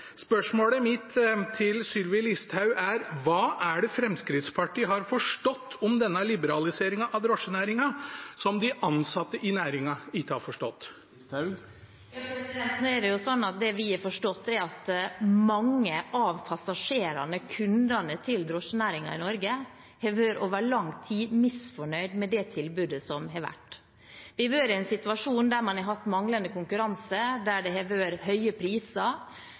Spørsmålet mitt til Sylvi Listhaug er: Hva er det Fremskrittspartiet har forstått om denne liberaliseringen av drosjenæringen som de ansatte i næringen ikke har forstått? Nå er det slik at det vi har forstått, er at mange av passasjerene, kundene til drosjenæringen i Norge, over lang tid har vært misfornøyd med det tilbudet som har vært. Vi har vært i en situasjon der vi har hatt manglende konkurranse, der det har vært høye priser,